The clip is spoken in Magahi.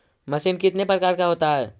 मशीन कितने प्रकार का होता है?